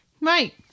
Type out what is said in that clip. right